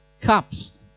Cups